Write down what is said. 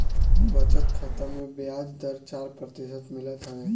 बचत खाता में बियाज दर चार प्रतिशत मिलत हवे